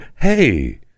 hey